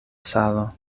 salo